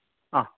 ആ